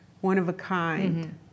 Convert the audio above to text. one-of-a-kind